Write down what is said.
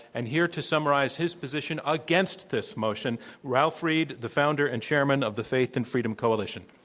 and here to summarize his position against this motion, ralph reed, the founder and chairman of the faith and freedom coalition.